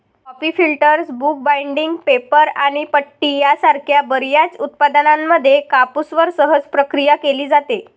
coffee filters, book binding, paper आणि पट्टी यासारख्या बर्याच उत्पादनांमध्ये कापूसवर सहज प्रक्रिया केली जाते